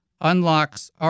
Unlocks